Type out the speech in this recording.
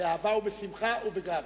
באהבה ובשמחה ובגאווה.